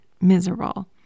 miserable